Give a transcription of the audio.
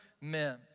men